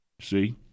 See